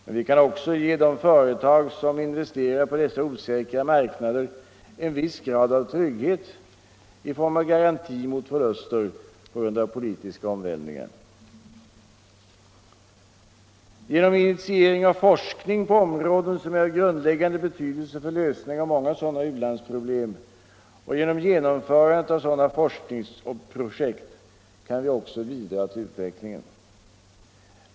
Men vi kan också ge de företag som investerar på dessa osäkra marknader en viss grad av trygghet i form av garanti mot förluster på grund av politiska omvälvningar. Genom initiering av forskning på områden, som är av grundläggande betydelse för lösning av många sådana u-landsproblem, och med genomförandet av sådana forskningsprojekt kan vi också bidra till utvecklingen.